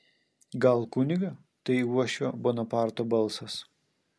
gal kunigą tai uošvio bonaparto balsas